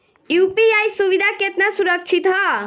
UPI सुविधा केतना सुरक्षित ह?